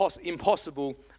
impossible